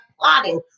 plotting